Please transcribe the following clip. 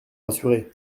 rassuré